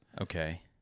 okay